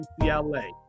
ucla